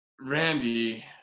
Randy